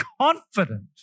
confident